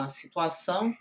situação